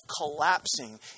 collapsing